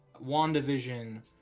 wandavision